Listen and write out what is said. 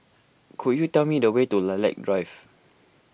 could you tell me the way to Lilac Drive